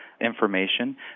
information